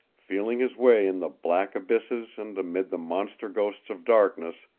feeling his way in the black abysses and amid the monster-ghosts of darkness,